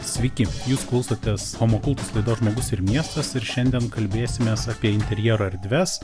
sveiki jūs klausotės homo kultus laidos žmogus ir miestas ir šiandien kalbėsimės apie interjerą erdves